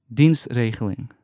dienstregeling